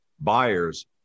buyers